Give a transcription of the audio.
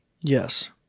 Yes